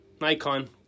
Nikon